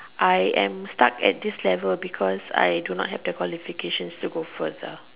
I am stuck at this level because I do not have the qualifications to go further